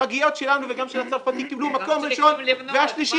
הפגיות שלנו קיבלו מקום ראשון ושלישי